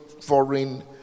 foreign